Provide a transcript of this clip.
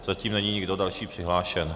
Zatím není nikdo další přihlášen.